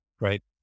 right